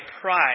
pride